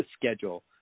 schedule